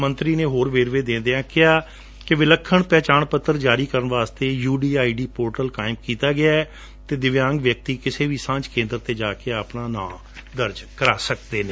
ਮੰਤਰੀ ਨੇ ਹੋਰ ਵੇਰਵੇ ਦਿੰਦਿਆਂ ਦੱਸਿਆ ਕਿ ਵਿਲੱਖਣ ਪਹਿਚਾਣ ਪੱਤਰ ਜਾਰੀ ਕਰਣ ਲਈ ਯੁਡੀਆਈਡੀ ਪੋਰਟਲ ਕਾਇਮ ਕੀਤਾ ਗਿਐ ਅਤੇ ਦਿਵਿਆਂਗ ਵਿਅਕਤੀ ਕਿਸੇ ਵੀ ਸਾਂਝ ਕੇਂਦਰ ਤੇ ਜਾ ਕੇ ਆਪਣਾ ਨਾਂ ਦਰਜ ਰਕਵਾ ਸਕਦੇ ਨੇ